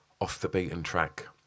off-the-beaten-track